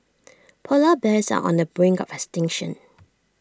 Polar Bears are on the brink of extinction